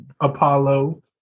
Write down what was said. Apollo